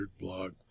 blog